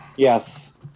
Yes